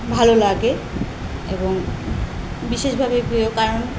ভালো লাগে এবং বিশেষভাবে প্রিয় কারণ